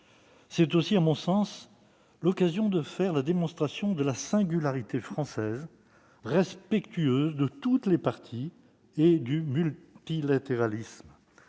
C'est aussi, à mon sens, l'occasion de faire la démonstration de la singularité française, respectueuse de toutes les parties et du multilatéralisme.